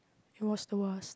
it was the worst